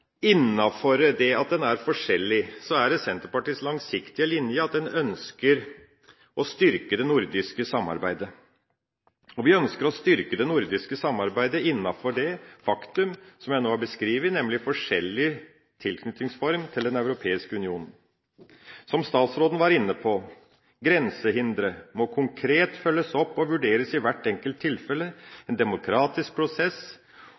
det at man er forskjellig, er det Senterpartiets langsiktige linje at man ønsker å styrke det nordiske samarbeidet. Vi ønsker å styrke det nordiske samarbeidet innenfor det faktum som jeg nå har beskrevet, nemlig forskjellig tilknytningsform til Den europeiske union. Som statsråden var inne på: Grensehindre må konkret følges opp og vurderes i hvert enkelt tilfelle ved en demokratisk prosess,